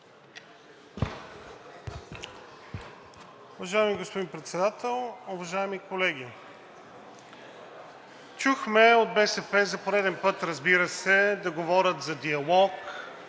Уважаеми господин Председател, уважаеми колеги! Чухме от БСП за пореден път, разбира се, да говорят за диалог,